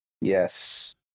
Yes